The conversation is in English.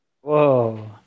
Whoa